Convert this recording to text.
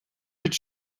від